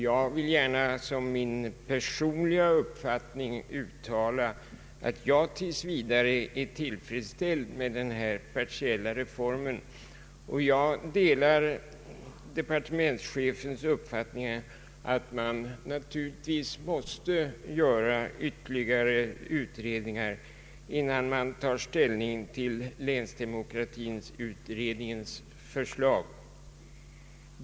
Jag vill gärna som min personliga uppfattning uttala att jag tills vidare är tillfredsställd med denna partiella reform. Jag delar departementschefens uppfattning att man naturligtvis bör göra ytterligare utredningar innan man tar ställning till länsdemokratiutredningens förslag.